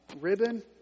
ribbon